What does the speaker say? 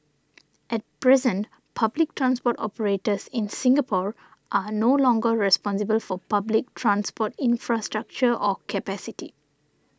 at present public transport operators in Singapore are no longer responsible for public transport infrastructure or capacity